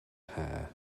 hair